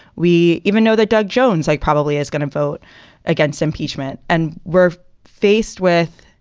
we even know that doug jones, like probably is going to vote against impeachment. and we're faced with.